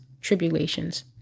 tribulations